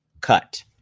cut